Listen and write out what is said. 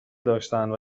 داشتند